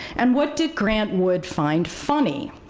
and what did grant wood find funny?